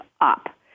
up